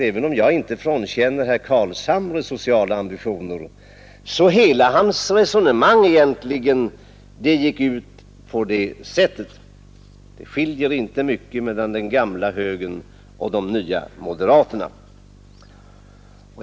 Även om jag inte frånkänner herr Carlshamre sociala ambitioner, måste jag säga att hela hans resonemang gick i den riktningen. Det skiljer inte mycket mellan den gamla högerns uppfattning och de nya moderaternas.